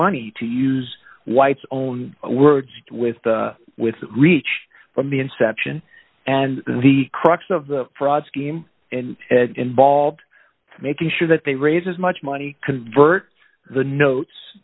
money to use white's own words with the with the reach from the inception and the crux of the fraud scheme and involved making sure that they raised as much money convert the notes